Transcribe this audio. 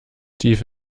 tief